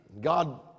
God